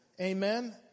Amen